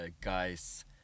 guys